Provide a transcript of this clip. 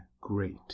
great